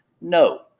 No